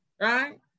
right